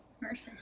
Mercy